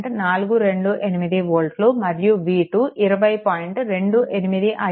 428 వోల్ట్లు మరియు v2 20